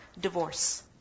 divorce